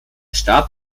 starb